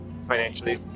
financially